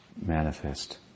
manifest